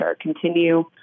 continue